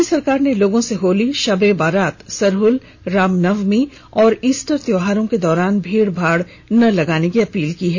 राज्य सरकार ने लोगों से होली शब ए बारात सरहल रामनवमी और ईस्टर त्योहारों के दौरान भीड़भाड़ न लगाने की अपील की है